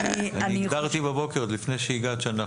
עאידה.